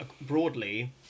broadly